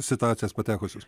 situacijas patekusius